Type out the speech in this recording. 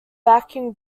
backing